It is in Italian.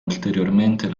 ulteriormente